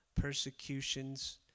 persecutions